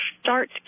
start